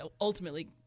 ultimately